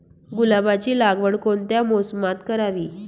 गुलाबाची लागवड कोणत्या मोसमात करावी?